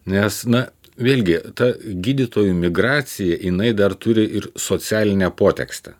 nes na vėlgi ta gydytojų migracija jinai dar turi ir socialinę potekstę